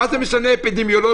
מה זה משנה אפידמיולוגית?